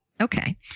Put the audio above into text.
Okay